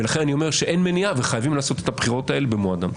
לכן אני אומר שאין מניעה וחייבים לעשות את הבחירות האלה במועדן.